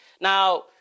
Now